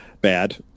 bad